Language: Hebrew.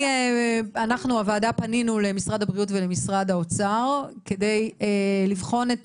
הוועדה פנתה למשרד הבריאות ולמשרד האוצר כדי לבחון את